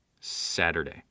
Saturday